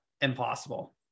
impossible